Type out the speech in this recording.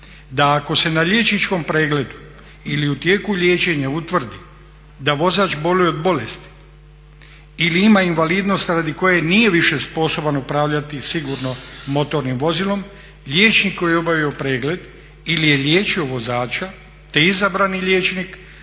da ako se na liječničkom pregledu ili u tijeku liječenja utvrdi da vozač boluje od bolesti ili ima invalidnost radi koje nije više sposoban upravljati sigurno motornim vozilom, liječnik koji je obavio pregled ili je liječio vozača te izabrani liječnik